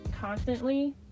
constantly